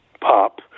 Pop